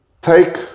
take